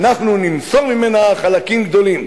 אנחנו נמסור ממנה חלקים גדולים,